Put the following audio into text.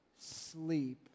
sleep